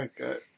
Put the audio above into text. Okay